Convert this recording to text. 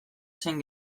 zen